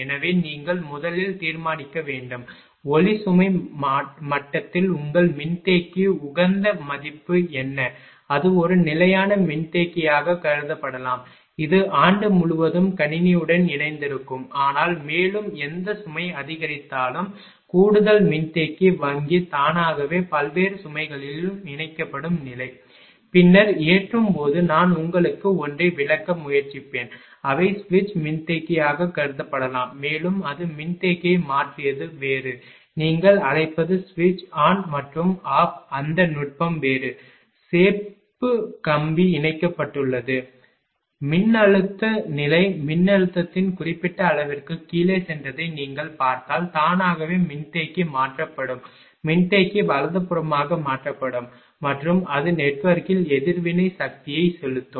எனவே நீங்கள் முதலில் தீர்மானிக்க வேண்டும் ஒளி சுமை மட்டத்தில் உங்கள் மின்தேக்கி உகந்த மதிப்பு என்ன அது ஒரு நிலையான மின்தேக்கியாக கருதப்படலாம் இது ஆண்டு முழுவதும் கணினியுடன் இணைந்திருக்கும் ஆனால் மேலும் எந்த சுமை அதிகரித்தாலும் கூடுதல் மின்தேக்கி வங்கி தானாகவே பல்வேறு சுமைகளில் இணைக்கப்படும் நிலை பின்னர் ஏற்றும்போது நான் உங்களுக்கு ஒன்றை விளக்க முயற்சிப்பேன் அவை சுவிட்ச் மின்தேக்கியாகக் கருதப்படலாம் மேலும் அது மின்தேக்கியை மாற்றியது வேறு நீங்கள் அழைப்பது சுவிட்ச் ஆன் மற்றும் ஆஃப் அந்த நுட்பம் வேறு செப்பு கம்பி இணைக்கப்பட்டுள்ளது மின்னழுத்த நிலை மின்னழுத்தத்தின் குறிப்பிட்ட அளவிற்கு கீழே சென்றதை நீங்கள் பார்த்தால் தானாகவே மின்தேக்கி மாற்றப்படும் மின்தேக்கி வலதுபுறமாக மாற்றப்படும் மற்றும் அது நெட்வொர்க்கில் எதிர்வினை சக்தியை செலுத்தும்